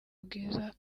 bwiza